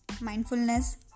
mindfulness